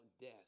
death